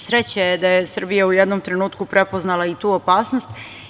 Sreća je da je Srbija u jednom trenutku prepoznala i tu opasnost.